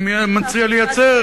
אני מציע לייצר,